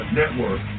network